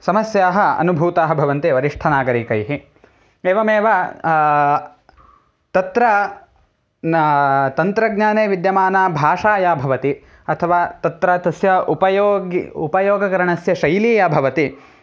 समस्याः अनुभूताः भवन्ति वरिष्ठनागरिकैः एवमेव तत्र न तन्त्रज्ञाने विद्यमाना भाषा या भवति अथवा तत्र तस्य उपयोगी उपयोगकरणस्य शैली या भवति